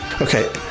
okay